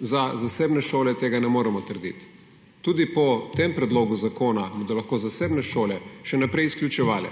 Za zasebne šole tega ne moremo trditi. Tudi po tem predlogu zakona bodo lahko zasebne šole še naprej izključevale,